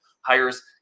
hires